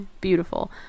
Beautiful